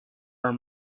are